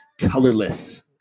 colorless